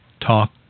Talk